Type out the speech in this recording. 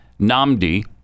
Namdi